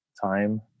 time